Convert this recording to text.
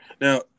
now